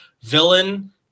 villain